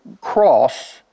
cross